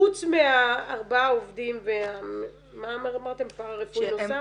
חוץ מהארבעה עובדים ומה -- -אמרתם פארא-רפואי נוסף?